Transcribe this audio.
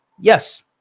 yes